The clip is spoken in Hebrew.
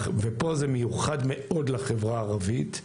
ופה זה מיוחד מאוד לחברה הערבית,